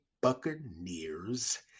Buccaneers